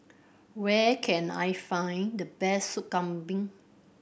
where can I find the best Sop Kambing